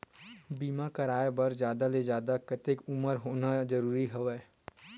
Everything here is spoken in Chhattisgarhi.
बीमा कराय बर जादा ले जादा कतेक उमर होना जरूरी हवय?